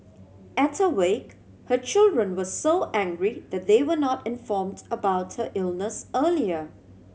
at her wake her children were so angry that they were not informed about her illness earlier